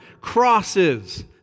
crosses